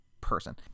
person